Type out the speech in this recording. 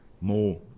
more